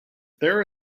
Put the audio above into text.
there